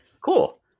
Cool